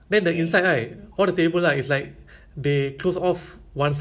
like the they don't know I don't know what they are doing ah but actually they can just